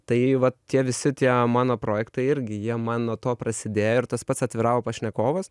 tai vat tie visi tie mano projektai irgi jie man nuo to prasidėjo ir tas pats atviravo pašnekovas